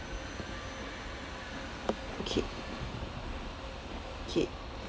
okay okay